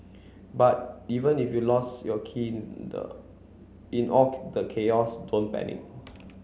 but even if you lost your key in all the chaos don't panic